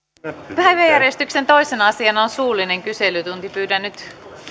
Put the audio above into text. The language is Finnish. päiväjärjestyksen toisena asiana on suullinen kyselytunti pyydän nyt